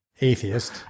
atheist